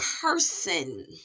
person